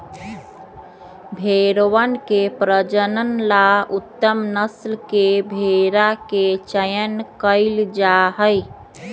भेंड़वन के प्रजनन ला उत्तम नस्ल के भेंड़ा के चयन कइल जाहई